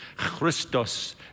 Christos